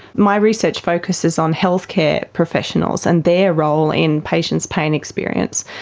my research focuses on healthcare professionals and their role in patients' pain experience.